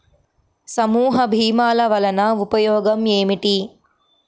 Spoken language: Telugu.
సమూహ భీమాల వలన ఉపయోగం ఏమిటీ?